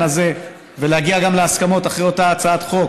הזה ולהגיע גם להסכמות אחרי אותה הצעת חוק